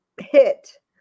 hit